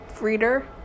reader